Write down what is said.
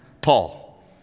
Paul